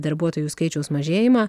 darbuotojų skaičiaus mažėjimą